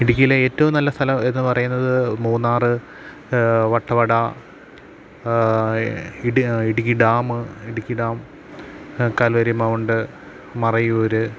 ഇടുക്കിയിലെ ഏറ്റവും നല്ല സ്ഥലം എന്ന് പറയുന്നത് Munnar Vattavada Idukki dam Idukki dam Calvary mount Marayur